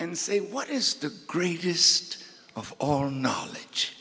and say what is the greatest of all knowledge